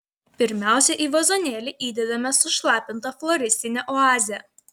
pirmiausia į vazonėlį įdedame sušlapintą floristinę oazę